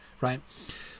right